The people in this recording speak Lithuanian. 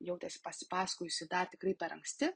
jautėsi pasipasakojusi dar tikrai per anksti